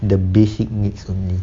the basic needs only